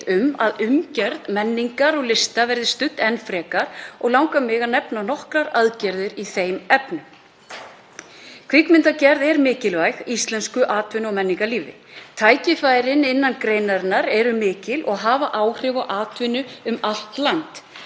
um að umgjörð menningar og lista verði studd enn frekar og langar mig að nefna nokkrar aðgerðir í þeim efnum. Kvikmyndagerð er mikilvæg íslensku atvinnu- og menningarlífi. Tækifærin innan greinarinnar eru mikil og hafa áhrif á atvinnu um allt land.